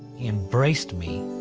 he embraced me.